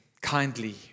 Kindly